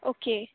okay